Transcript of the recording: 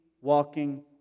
walking